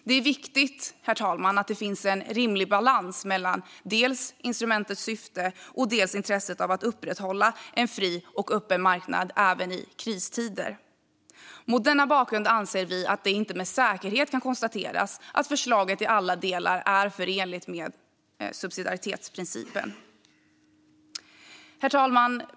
Det är viktigt, herr talman, att det finns en rimlig balans mellan instrumentets syfte och intresset av att upprätthålla en fri och öppen marknad även i kristider. Mot denna bakgrund anser vi att det inte med säkerhet kan konstateras att förslaget i alla delar är förenligt med subsidiaritetsprincipen. Herr talman!